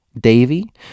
Davy